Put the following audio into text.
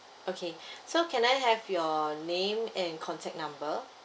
okay so can I have your name and contact number